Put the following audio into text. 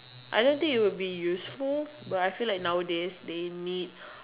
I didn't think it would be useful but I feel like nowadays they need